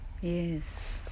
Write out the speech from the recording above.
Yes